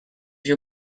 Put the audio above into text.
you